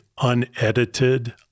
unedited